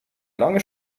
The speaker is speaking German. lange